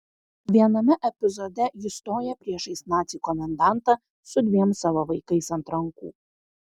viename epizode ji stoja priešais nacį komendantą su dviem savo vaikais ant rankų